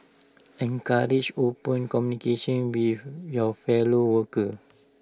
encourage open communication with your fellow workers